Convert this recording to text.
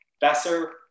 Besser